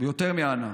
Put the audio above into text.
ויותר מאנא,